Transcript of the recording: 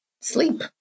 sleep